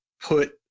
put